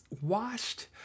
washed